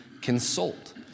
consult